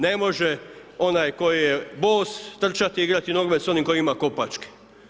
Ne može onaj koji je bos trčati igrati nogomet sa onim koji ima kopačke.